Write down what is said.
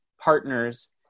partners